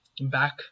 back